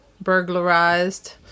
burglarized